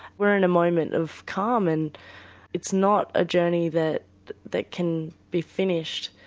we're in a moment of calm and it's not a journey that that can be finished.